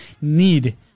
need